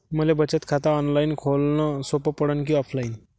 मले बचत खात ऑनलाईन खोलन सोपं पडन की ऑफलाईन?